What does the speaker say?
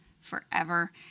forever